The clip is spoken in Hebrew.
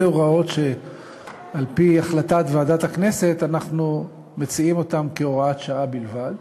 אלה הוראות שעל-פי החלטת ועדת הכנסת אנחנו מציעים כהוראת שעה בלבד,